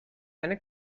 eine